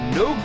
no